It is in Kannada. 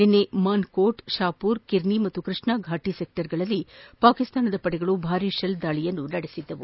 ನಿನ್ನೆ ಮಾನ್ಕೋಟ್ ಶಹಪುರ್ ಕಿರ್ನಿ ಮತ್ತು ಕೃಷ್ಣಫಾಟ ಸೆಕ್ವರ್ಗಳಲ್ಲಿ ಪಾಕಿಸ್ತಾನ ಪಡೆಗಳು ಭಾರೀ ಶೆಲ್ ದಾಳಿ ನಡೆಸಿದ್ದವು